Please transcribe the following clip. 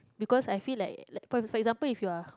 because I feel like for like for example if you are